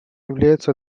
является